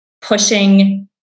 pushing